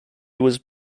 was